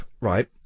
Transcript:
right